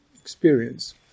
experience